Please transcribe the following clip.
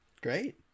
Great